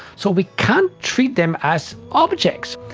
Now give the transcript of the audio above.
so we can't treat them as objects.